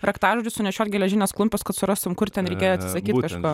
raktažodžius sunešiot geležines klumpes kad surastum kur ten reikėjo atsisakyt kažko